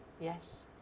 Yes